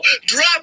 Drop